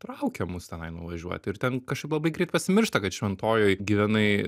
traukia mus tenai nuvažiuoti ir ten kažkaip labai greit pasimiršta kad šventojoj gyvenai